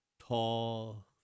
tall